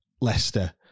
Leicester